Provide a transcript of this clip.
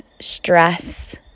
stress